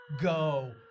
go